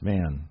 Man